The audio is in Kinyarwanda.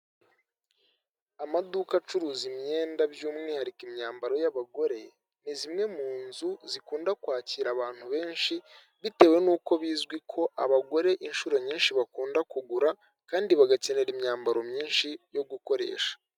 Amaduka acuruza imyenda by'umwihariko imyambaro y'abagore, ni zimwe mu nzu zikunda kwakira abantu benshi bitewe n'uko bizwi ko abagore inshuro nyinshi bakunda kugura kandi bagakenera imyambaro myinshi yo gukoresha.